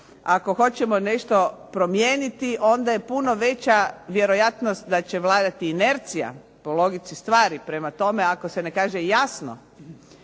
ako hoćemo nešto promijeniti onda je puno veća vjerojatnost da će vladati inercija po logici stvari. Prema tome, ako se ne kaže jasno